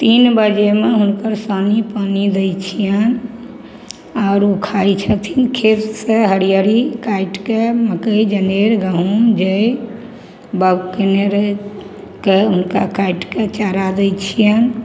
तीन बजेमे हुनकर सानी पानी दै छिअनि आओर ओ खाइ छथिन खेतसे हरिअरी काटिके मकइ जनेर गहूम जइ बाउग कएने रहैके हुनका काटिके चारा दै छिअनि